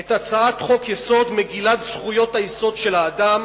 את הצעת חוק-יסוד: מגילת זכויות היסוד של האדם,